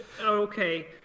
Okay